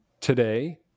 today